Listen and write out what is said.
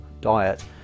diet